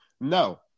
No